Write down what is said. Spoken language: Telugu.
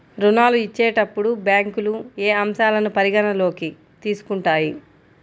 ఋణాలు ఇచ్చేటప్పుడు బ్యాంకులు ఏ అంశాలను పరిగణలోకి తీసుకుంటాయి?